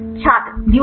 छात्र ल्यूसीन